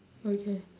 okay